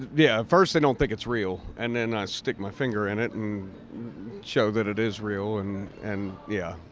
yeah. first they dont think its real. and then i stick my finger in it and show that it is real, and and yeah.